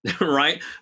right